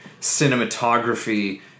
cinematography